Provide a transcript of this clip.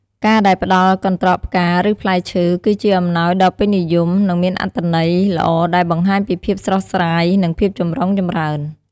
ការដែលផ្តល់ កន្ត្រកផ្កា ឬ ផ្លែឈើ គឺជាអំណោយដ៏ពេញនិយម និងមានអត្ថន័យល្អ ដែលបង្ហាញពីភាពស្រស់ស្រាយ និងភាពចម្រុងចម្រើន។